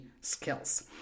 skills